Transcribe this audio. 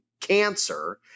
cancer